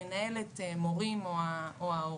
המנהלת או המורים או ההורים,